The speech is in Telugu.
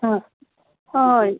ఆయ్